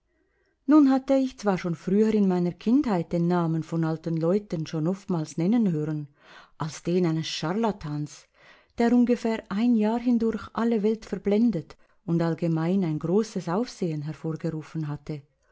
nun hatte ich zwar schon früher in meiner kindheit den namen von alten leuten schon oftmals nennen hören als den eines charlatans der ungefähr ein jahr hindurch alle welt verblendet und allgemein ein großes aufsehen hervorgerufen hatte